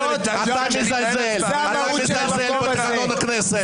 אתה מזלזל בתקנון הכנסת.